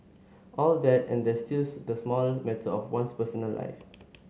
all that and there's still the small matter of one's personal life